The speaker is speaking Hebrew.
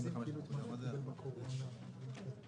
מה זה סעיף 85 לפקודה?